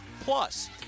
plus